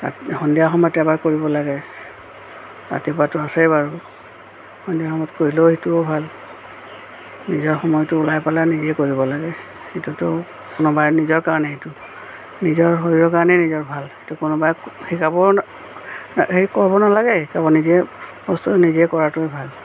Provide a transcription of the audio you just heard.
সন্ধিয়া সময়ত এবাৰ কৰিব লাগে ৰাতিপুৱাতো আছেই বাৰু সন্ধিয়া সময়ত কৰিলেও সেইটোও ভাল নিজৰ সময়টো ওলাই পেলাই নিজে কৰিব লাগে সেইটোতো কোনোবা নিজৰ কাৰণে সেইটো নিজৰ শৰীৰৰ কাৰণেই নিজৰ ভাল সেইটো কোনোবাই শিকাবও হেৰি ক'ব নালাগে শিকাব নিজে বস্তুটো নিজে কৰাতোৱে ভাল